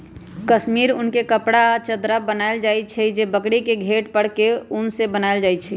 कस्मिर उन के कपड़ा आ चदरा बनायल जाइ छइ जे बकरी के घेट पर के उन से बनाएल जाइ छइ